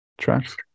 tracks